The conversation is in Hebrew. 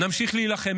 נמשיך להילחם.